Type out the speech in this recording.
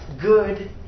good